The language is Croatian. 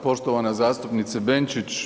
Poštovana zastupnice Benčić.